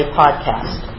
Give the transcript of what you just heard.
podcast